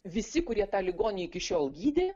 visi kurie tą ligonį iki šiol gydė